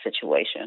situation